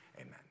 amen